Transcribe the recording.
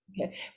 Okay